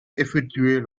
effectuer